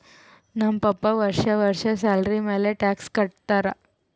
ನಮ್ ಪಪ್ಪಾ ವರ್ಷಾ ವರ್ಷಾ ಸ್ಯಾಲರಿ ಮ್ಯಾಲ ಟ್ಯಾಕ್ಸ್ ಕಟ್ಟತ್ತಾರ